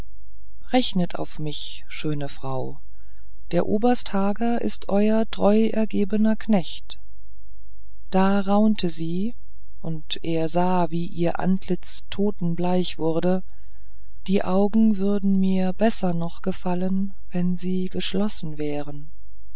rechnet auf mich schöne frau der oberst hager ist euer treuergebener knecht da raunte sie und er sah wie ihr antlitz totenbleich wurde die augen würden mir besser noch gefallen wenn sie geschlossen wären